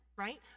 right